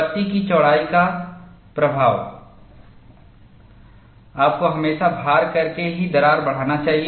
पट्टी की चौड़ाई का प्रभाव आपको हमेशा भार करके ही दरार बढ़ाना चाहिए